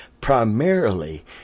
primarily